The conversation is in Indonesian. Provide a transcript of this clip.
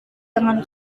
dengan